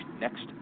Next